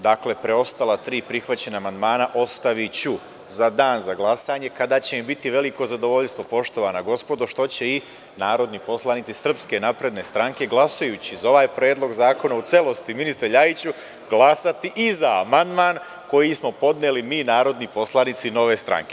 Dakle, preostala tri prihvaćena amandmana ostaviću za dan za glasanje kada će mi biti veliko zadovoljstvo, poštovana gospodo, što će i narodni poslanici SNS glasajući za ovaj Predlog zakona u celosti, ministre Ljajiću, glasati i za amandman koji smo podneli mi narodni poslanici Nove stranke.